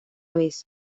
vez